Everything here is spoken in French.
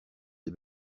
des